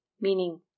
meaning